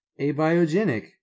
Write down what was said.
Abiogenic